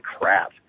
crap